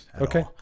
okay